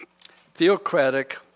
theocratic